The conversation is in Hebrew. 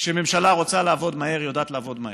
כשממשלה רוצה לעבוד מהר, היא יודעת לעבוד מהר.